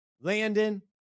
Landon